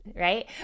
right